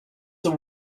are